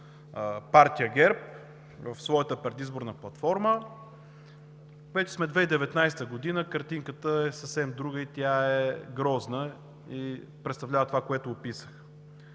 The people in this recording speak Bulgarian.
партия ГЕРБ в своята предизборна платформа. Вече сме 2019 г., картинката е съвсем друга и тя е грозна и представлява това, което описах.